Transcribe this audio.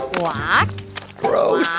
walk gross